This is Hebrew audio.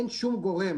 אין שום גורם